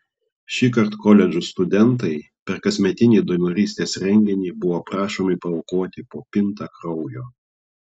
šįkart koledžų studentai per kasmetinį donorystės renginį buvo prašomi paaukoti po pintą kraujo